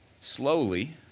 slowly